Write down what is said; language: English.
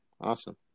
Awesome